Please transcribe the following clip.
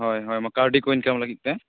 ᱦᱳᱭ ᱦᱳᱭ ᱠᱟᱹᱣᱰᱤ ᱠᱚ ᱤᱱᱠᱟᱢ ᱞᱟᱹᱜᱤᱫ ᱛᱮ